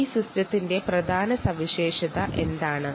അതിന്റെ പ്രധാന സവിശേഷതകൾ എന്താണ്